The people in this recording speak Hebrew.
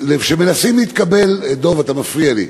שמנסים להתקבל, דב, אתה מפריע לי.